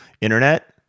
internet